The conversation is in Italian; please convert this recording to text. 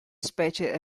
specie